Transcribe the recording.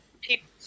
People